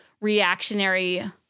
reactionary